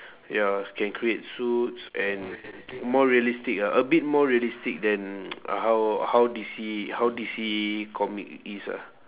ya can create suits and more realistic ah a bit more realistic than uh how how D_C how D_C comic is ah